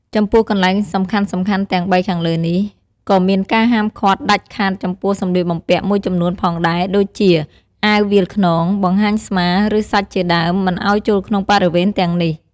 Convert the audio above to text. ចំពោះកន្លែងសំខាន់ៗទាំងបីខាងលើនេះ ក៏មានការហាមឃាត់ដាច់ខាតចំពោះសម្លៀកបំពាក់មួយចំនួនផងដែរដូចជា អាវវាលខ្នង បង្ហាញស្មា ឬ សាច់ជាដើម មិនឲ្យចូលក្នុងបរិវេណទាំងនេះ។